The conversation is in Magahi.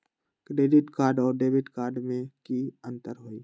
क्रेडिट कार्ड और डेबिट कार्ड में की अंतर हई?